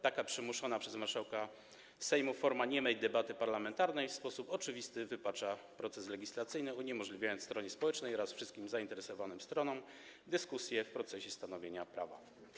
Taka przymuszona przez marszałka Sejmu forma niemej debaty parlamentarnej w sposób oczywisty wypacza proces legislacyjny, uniemożliwiając stronie społecznej oraz wszystkim zainteresowanym stronom dyskusję w procesie stanowienia prawa.